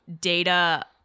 data